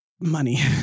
money